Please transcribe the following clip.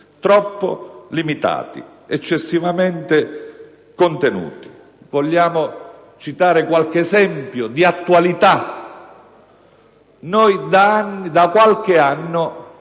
troppo limitati, eccessivamente contenuti. Vogliamo citare qualche esempio di attualità? Noi da qualche anno,